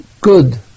good